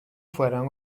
fueran